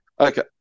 Okay